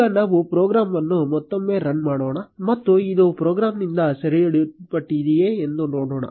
ಈಗ ನಾವು ಪ್ರೋಗ್ರಾಂ ಅನ್ನು ಮತ್ತೊಮ್ಮೆ ರನ್ ಮಾಡೋಣ ಮತ್ತು ಇದು ಪ್ರೋಗ್ರಾಂನಿಂದ ಸೆರೆಹಿಡಿಯಲ್ಪಟ್ಟಿದೆಯೇ ಎಂದು ನೋಡೋಣ